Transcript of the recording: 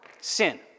sin